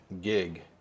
gig